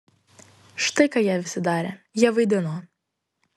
štai ką jie visi darė jie vaidino